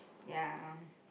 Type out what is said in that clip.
ya